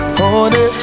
honey